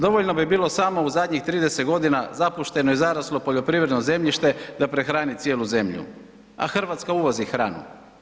Dovoljno bi bilo samo u zadnjih 30 godina zapušteno i zaraslo poljoprivredno zemljište da prehrani cijelu zemlju, a Hrvatska uvozi hranu.